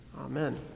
Amen